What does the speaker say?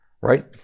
right